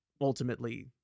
ultimately